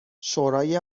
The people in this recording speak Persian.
شورای